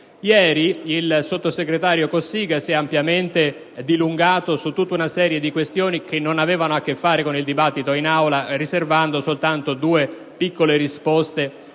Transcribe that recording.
Ieri, il sottosegretario Cossiga si è ampiamente dilungato su una serie di questioni che non avevano a che fare con il dibattito in Aula, riservando solo due brevi risposte